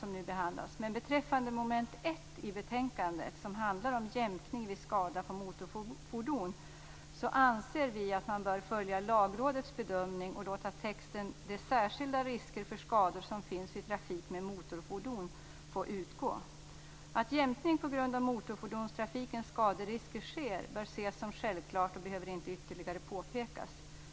Men beträffande mom. 1 i betänkandet, som handlar om "jämkning vid skada på motorfordon" anser vi att man bör följa Lagrådets bedömning och låta texten "de särskilda risker för skador som finns vid trafik med motorfordon" få utgå. Att jämkning på grund av motorfordonstrafikens skaderisker sker bör ses som självklart och behöver inte ytterligare påpekas.